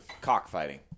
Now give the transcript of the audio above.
cockfighting